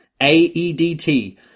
AEDT